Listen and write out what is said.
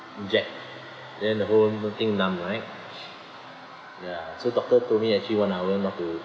inject then the whole thing numb right ya so doctor told me actually one hour not to